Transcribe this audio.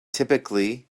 typically